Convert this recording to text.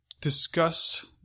discuss